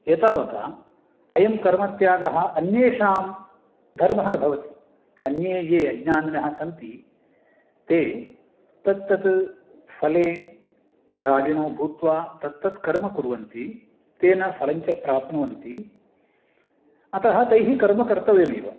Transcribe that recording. एतावता अयं कर्मत्यागः अन्येषां धर्मः न भवति अन्ये ये अज्ञानिनः सन्ति ते तत्तत् फले रागिणो भूत्वा तत्तत्कर्म कुर्वन्ति तेन फलञ्च प्राप्नुवन्ति अतः तैः कर्मकर्तव्यमेव